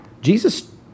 Jesus